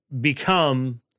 become